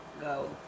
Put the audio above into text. go